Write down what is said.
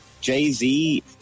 Jay-Z